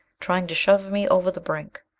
trying to shove me over the brink.